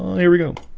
here we go